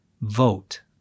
vote